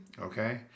okay